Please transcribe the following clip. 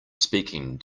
speaking